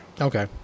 Okay